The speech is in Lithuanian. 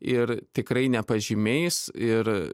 ir tikrai ne pažymiais ir